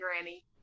granny